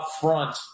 upfront